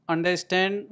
Understand